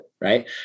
right